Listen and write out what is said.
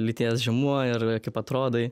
lyties žymuo ir kaip atrodai